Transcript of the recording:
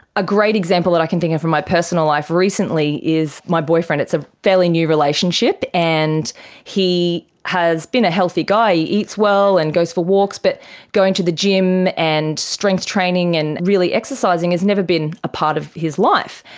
a great example that i can think of from my personal life recently is my boyfriend, it's a fairly new relationship and he has been a healthy guy, he eats well and goes for walks, but going to the gym and strength training and really exercising has never been a part of his life.